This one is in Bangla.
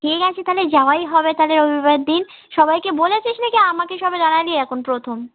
ঠিক আছে তাহলে যাওয়াই হবে তাহলে রবিবার দিন সবাইকে বলেছিস না কি আমাকে সবে জানালি এখন প্রথম